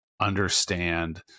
understand